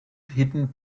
hiding